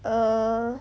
err